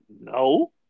No